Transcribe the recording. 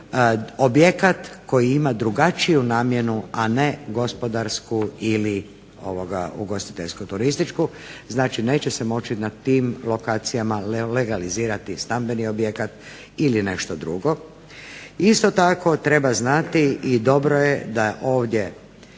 objekat koji ima drugačiju namjenu, a ne gospodarsku ili ugostiteljsko-turističku. Znači, neće se moći na tim lokacijama legalizirati stambeni objekat ili nešto drugo. Isto tako treba znati i dobro je da ovdje